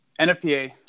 NFPA